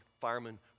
firemen